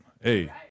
Hey